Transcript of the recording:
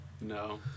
No